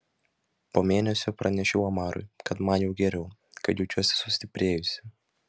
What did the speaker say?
po mėnesio pranešiau omarui kad man jau geriau kad jaučiuosi sustiprėjusi